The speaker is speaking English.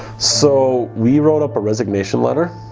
so we wrote up a resignation letter,